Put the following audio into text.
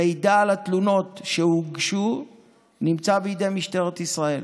מידע על התלונות שהוגשו נמצא בידי משטרת ישראל.